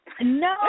No